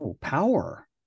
power